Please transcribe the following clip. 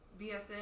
BSN